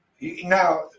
Now